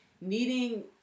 Needing